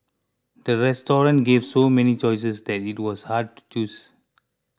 the restaurant gave so many choices that it was hard to choose